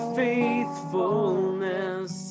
faithfulness